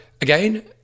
again